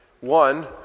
One